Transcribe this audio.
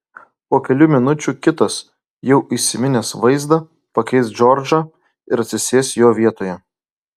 po kelių minučių kitas jau įsiminęs vaizdą pakeis džordžą ir atsisės jo vietoje